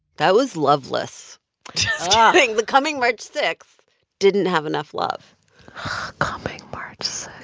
that was loveless just ah kidding. the coming march six didn't have enough love coming march